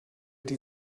die